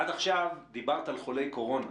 עד עכשיו דיברת על חולי הקורונה.